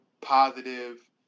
positive